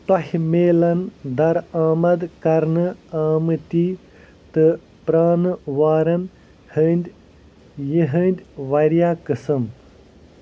توہہِ میلن درآمد كَرنہٕ آمٕتی تہٕ پرٛانہٕ وارن ہٕنٛدِۍ یِہٕنٛدۍ واریاہ قسم